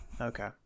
okay